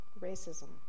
racism